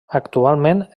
actualment